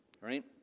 Right